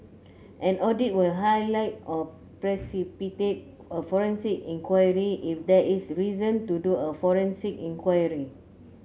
an audit will highlight or precipitate a forensic enquiry if there is reason to do a forensic enquiry